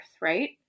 right